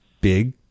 big